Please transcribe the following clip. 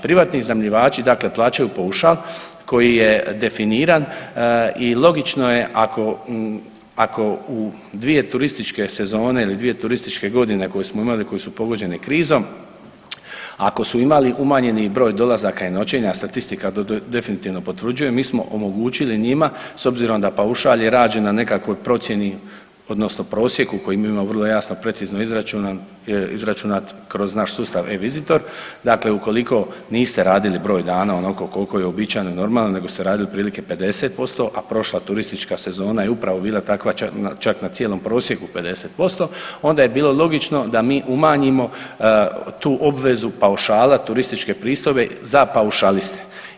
Privatni iznajmljivači dakle plaćaju paušal koji je definiran i logično je ako, ako u dvije turističke sezone ili dvije turističke godine koje smo imali koje su pogođene krizom, ako su imali umanjeni broj dolazaka i noćenja, statistika to definitivno potvrđuje, mi smo omogućili njima s obzirom da paušal je rađen na nekakvoj procjeni odnosno prosjeku koji mi imamo vrlo jasno, precizno izračunan, izračunan kroz nas sustav e-vizitor, dakle ukoliko niste radili broj dana onoliko koliko je uobičajeno i normalno nego ste radili otprilike 50%, a prošla turistička sezona je bila upravo takva čak na cijelom prosjeku 50% onda je bilo logično da mi umanjimo tu obvezu paušala turističke pristojbe za paušaliste.